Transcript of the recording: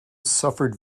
suffered